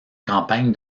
campagne